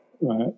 right